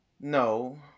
No